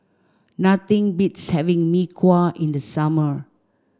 nothing beats having Mee Kuah in the summer